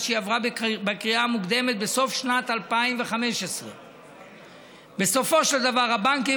שהיא עברה בקריאה המוקדמת בסוף שנת 2015. בסופו של דבר הבנקים,